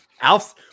Alf